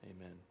Amen